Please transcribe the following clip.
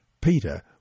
Peter